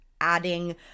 adding